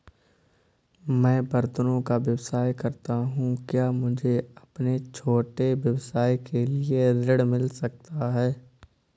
मैं बर्तनों का व्यवसाय करता हूँ क्या मुझे अपने छोटे व्यवसाय के लिए ऋण मिल सकता है?